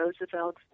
Roosevelt